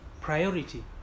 priority